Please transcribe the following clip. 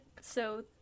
so-